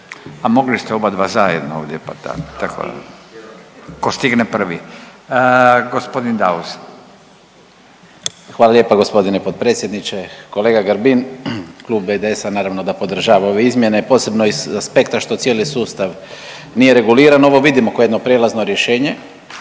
a mogli se obadva zajedno ovdje, pa da tako, ko stigne prvi. Gospodin Daus. **Daus, Emil (IDS)** Hvala lijepa g. potpredsjedniče. Koleba Grbin, Klub IDS-a naravno da podržava ove izmjene, posebno iz aspekta što cijeli sustav nije reguliran. Ovo vidimo ko jedno prijelazno rješenje